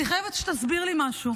אני חייבת שתסביר לי משהו.